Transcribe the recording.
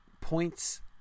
points